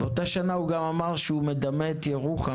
באותה שנה הוא גם אמר שהוא מדמה את ירוחם,